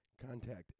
contact